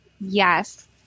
Yes